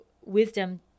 wisdom